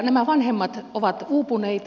nämä vanhemmat ovat uupuneita